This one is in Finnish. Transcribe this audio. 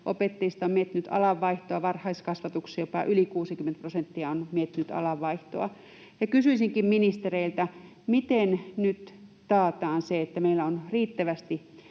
opettajista on miettinyt alan vaihtoa. Varhaiskasvatuksessa jopa yli 60 prosenttia on nyt miettinyt alan vaihtoa. Kysyisinkin ministereiltä: miten nyt taataan se, että meillä on riittävästi